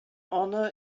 honour